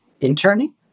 interning